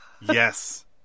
yes